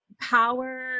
power